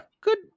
Good